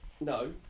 No